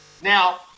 Now